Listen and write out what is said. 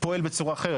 פועל בצורה אחרת.